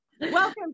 welcome